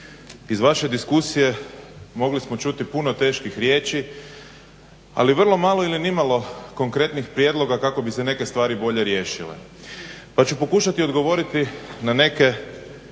iz vaše diskusije mogli smo čuti puno teških riječi ali vrlo mali ili nimalo konkretnih prijedloga kako bi se neke stvari bolje riješile. Pa ću pokušati odgovoriti na neke